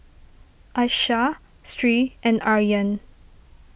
Aishah Sri and Aryan